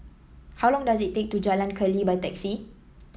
how long does it take to Jalan Keli by taxi